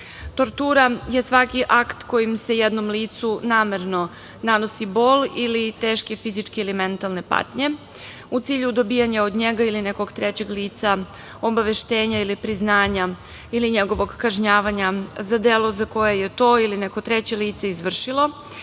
Tortura je svaki akt kojim se jednom lice namerno nanosi bol ili teške fizičke ili mentalne patnje, u cilju dobijanja od njega ili nekog trećeg lica obaveštenje ili priznanja ili njegovog kažnjavanja za delo za koje je to ili neko treće izvršilo